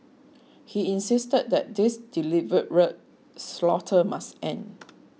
he insisted that this deliberate slaughter must end